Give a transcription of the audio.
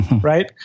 right